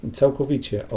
całkowicie